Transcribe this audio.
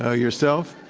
ah yourself,